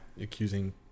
accusing